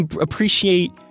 appreciate